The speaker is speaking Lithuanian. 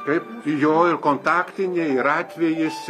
taip jo ir kontaktiniai ir atvejis